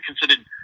considered